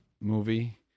movie